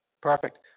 Perfect